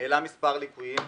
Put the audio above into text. העלה מספר ליקויים.